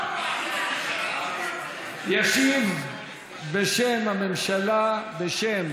ישיב בשם הממשלה, בשם